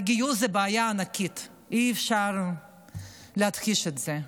הגיוס הוא בעיה ענקית, אי-אפשר להכחיש את זה.